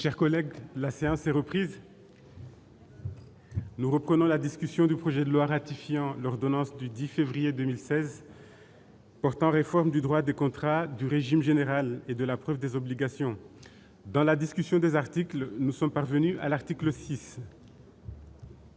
Chers collègues, la séance est reprise. Nous reprenons la discussion du projet de loi ratifiant l'ordonnance du Diffé vrier 2016 portant réforme du droit des contrats du régime général et de la preuve des obligations dans la discussion des articles, nous sommes parvenus à l'article 6.